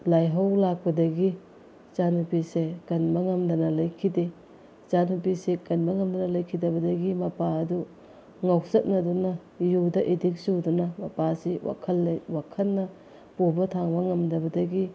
ꯂꯥꯏꯍꯧ ꯂꯥꯛꯄꯗꯒꯤ ꯏꯆꯥ ꯅꯨꯄꯤꯁꯦ ꯀꯟꯕ ꯉꯝꯗꯅ ꯂꯩꯈꯤꯗꯦ ꯏꯆꯥ ꯅꯨꯄꯤꯁꯦ ꯀꯟꯕ ꯉꯝꯗꯅ ꯂꯩꯈꯤꯗꯕꯗꯒꯤ ꯃꯄꯥ ꯑꯗꯨ ꯉꯥꯎꯆꯠꯅꯗꯨꯅ ꯌꯨꯗ ꯑꯦꯗꯤꯛ ꯆꯨꯗꯨꯅ ꯃꯄꯥꯁꯤ ꯋꯥꯈꯟꯅ ꯄꯨꯕ ꯊꯥꯡꯕ ꯉꯝꯗꯕꯗꯒꯤ